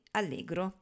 allegro